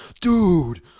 dude